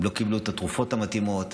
הם לא קיבלו את התרופות המתאימות.